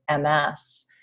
MS